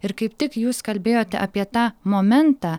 ir kaip tik jūs kalbėjote apie tą momentą